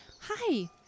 Hi